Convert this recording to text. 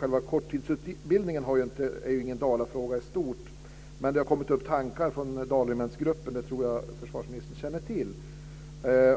Själva korttidsutbildningen är ju ingen dalafråga i stort, men det har kommit upp tankar från dalregementsgruppen, det tror jag att försvarsministern känner till,